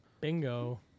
Bingo